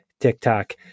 TikTok